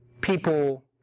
people